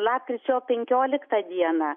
lapkričio penkioliktą dieną